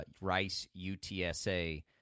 Rice-UTSA